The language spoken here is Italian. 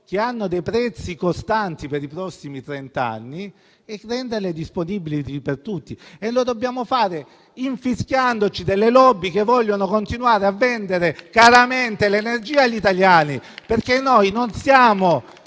a basso prezzo e costano per i prossimi trent'anni, rendendole disponibili per tutti. E lo dobbiamo fare infischiandocene delle *lobby* che vogliono continuare a vendere caramente l'energia agli italiani. Noi non siamo